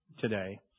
today